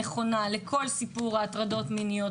נכונה לכל סיפור ההטרדות המיניות,